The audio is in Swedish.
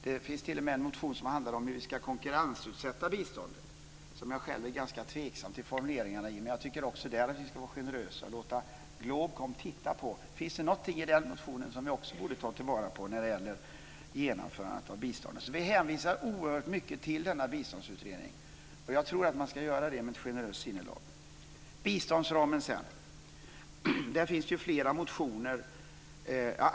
Det finns t.o.m. en motion som handlar om hur vi ska konkurrensutsätta biståndet som jag själv är ganska tveksam till formuleringarna i, men jag tycker också där att vi ska vara generösa och låta GLOB KOM titta på om det finns något i den motionen som man borde ta vara på när det gäller genomförandet av biståndet. Vi hänvisar oerhört mycket till denna biståndsutredning, och jag tror att man ska göra det med ett generöst sinnelag. Sedan går jag till biståndsramen. Det finns flera motioner.